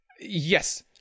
Yes